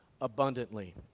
abundantly